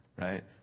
right